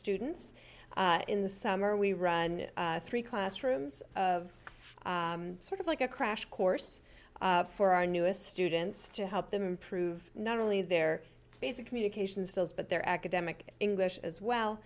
students in the summer we run three classrooms of sort of like a crash course for our newest students to help them improve not only their basic communication skills but their academic english as well